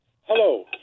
Hello